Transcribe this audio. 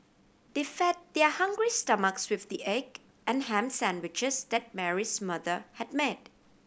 they fed their hungry stomachs with the egg and ham sandwiches that Mary's mother had made